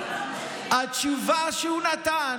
התשובה שהוא נתן,